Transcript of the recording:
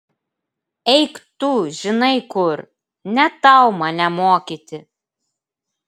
eik tu žinai kur ne tau mane mokyti